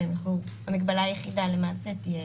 המגבלה היחידה למעשה תהיה